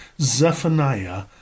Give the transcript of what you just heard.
Zephaniah